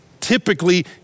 typically